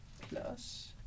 plus